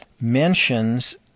mentions